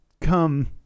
come